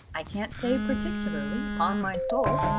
i can't say particularly, upon my soul,